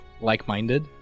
like-minded